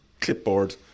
clipboard